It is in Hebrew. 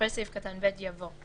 אחרי סעיף קטן (ב) יבוא: